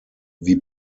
wie